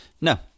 No